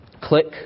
Click